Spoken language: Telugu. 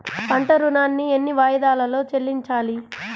పంట ఋణాన్ని ఎన్ని వాయిదాలలో చెల్లించాలి?